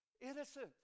innocent